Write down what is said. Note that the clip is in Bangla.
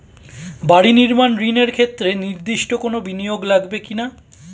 বাড়ি নির্মাণ ঋণের ক্ষেত্রে নির্দিষ্ট কোনো বিনিয়োগ লাগবে কি না?